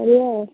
hello